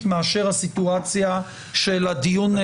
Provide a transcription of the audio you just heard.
מאשר הסיטואציה של הדיון התביעתי.